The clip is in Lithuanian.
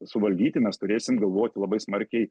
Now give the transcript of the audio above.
suvaldyti mes turėsim galvoti labai smarkiai